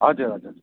हजुर हजुर